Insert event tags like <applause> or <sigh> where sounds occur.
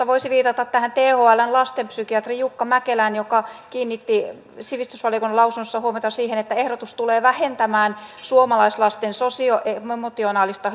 <unintelligible> voisi viitata tähän thln lastenpsykiatriin jukka mäkelään joka kiinnitti sivistysvaliokunnan lausunnossa huomiota siihen että ehdotus tulee vähentämään suomalaislasten sosioemotionaalista <unintelligible>